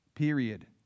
period